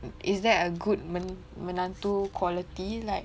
is that a good men~ menantu quality like